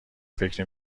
فکری